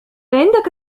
عندك